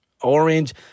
orange